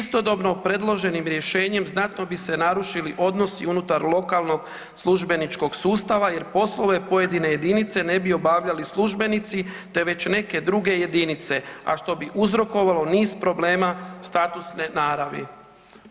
Istodobno predloženim rješenjem znatno bi se narušili odnosi unutar lokalnog službeničkog sustava, jer poslove pojedine jedinice ne bi obavljali službenici te već neke druge jedinice, a što bi uzrokovalo niz problema statusne naravi.